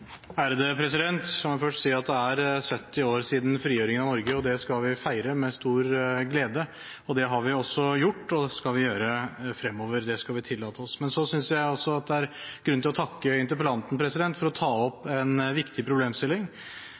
er 70 år siden frigjøringen av Norge, og det skal vi feire med stor glede. Det har vi gjort, og det skal vi også gjøre fremover. Det skal vi tillate oss. Så synes jeg det er grunn til å takke interpellanten for å ta opp en viktig problemstilling.